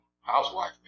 housewife